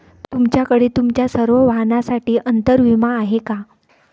तुमच्याकडे तुमच्या सर्व वाहनांसाठी अंतर विमा आहे का